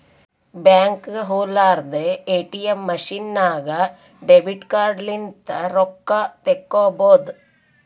ಬ್ಯಾಂಕ್ಗ ಹೊಲಾರ್ದೆ ATM machine ನಾಗ್ ಡೆಬಿಟ್ ಕಾರ್ಡ್ ಲಿಂತ್ ರೊಕ್ಕಾ ತೇಕೊಬೋದ್